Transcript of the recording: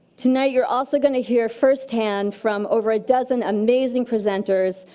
tonight you're also gonna hear firsthand from over a dozen amazing presenters,